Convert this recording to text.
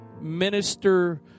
minister